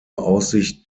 aussicht